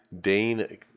Dane